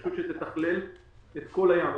רשות שתתכלל את כל הים.